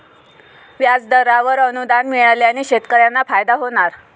व्याजदरावर अनुदान मिळाल्याने शेतकऱ्यांना फायदा होणार